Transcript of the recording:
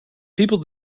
people